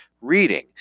reading